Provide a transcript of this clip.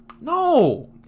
No